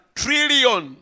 trillion